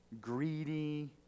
greedy